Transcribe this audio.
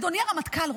אדוני הרמטכ"ל,